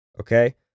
Okay